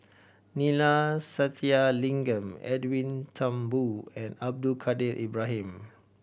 Neila Sathyalingam Edwin Thumboo and Abdul Kadir Ibrahim